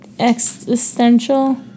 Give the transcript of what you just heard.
Existential